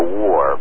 war